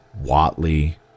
Watley